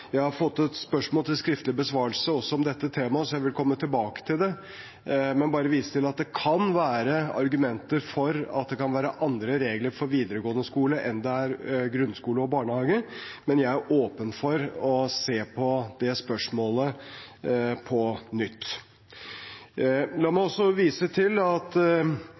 Jeg har også fått et spørsmål til skriftlig besvarelse om dette temaet, så jeg vil komme tilbake til det, men bare vise til at det kan være argumenter for at det kan være andre regler for videregående skole enn det er for grunnskole og barnehage. Men jeg er åpen for å se på det spørsmålet på nytt. La meg også vise til at